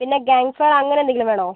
പിന്നെ camp fire അങ്ങനെ എന്തെങ്കിലും വേണോ